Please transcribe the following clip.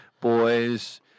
boys